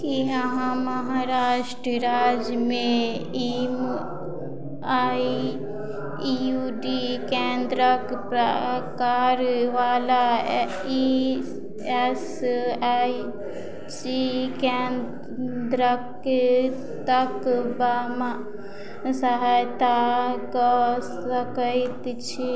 की अहाँ महाराष्ट्र राज्यमे M I U D केंद्रक प्रकार वला ई एस आइ सी केंद्रके तकबामे सहायता कऽ सकैत छी